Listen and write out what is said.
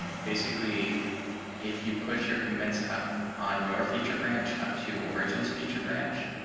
ah basically if you push your commits up on your feature branch up to origins feature branch,